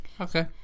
Okay